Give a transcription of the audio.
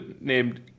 named